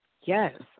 Yes